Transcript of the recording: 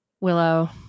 willow